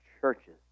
churches